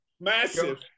massive